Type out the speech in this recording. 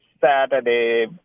Saturday